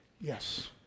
Yes